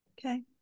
okay